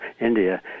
India